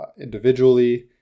individually